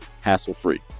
hassle-free